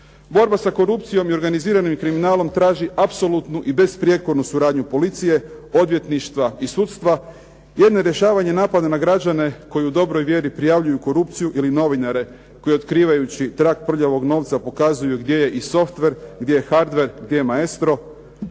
Borba sa korupcijom i organiziranim kriminalom traži apsolutnu i besprijekornu suradnju policije, odvjetništva i sudstva jer nerješavanje napada na građane koji u dobroj vjeri prijavljuju korupciju ili novinare koji otkrivajući trag prljavog novca pokazuju gdje je softver, gdje je hardver, gdje je maestro